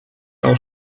auch